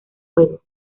juego